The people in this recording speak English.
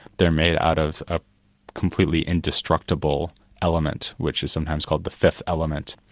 they're made out of a completely indestructible element, which is sometimes called the fifth element.